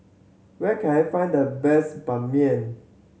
where can I find the best Ban Mian